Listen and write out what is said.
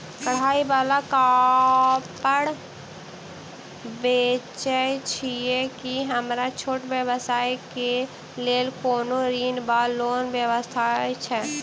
कढ़ाई वला कापड़ बेचै छीयै की हमरा छोट व्यवसाय केँ लेल कोनो ऋण वा लोन व्यवस्था छै?